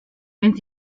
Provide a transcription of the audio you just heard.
wenn